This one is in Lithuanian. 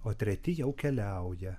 o treti jau keliauja